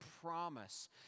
promise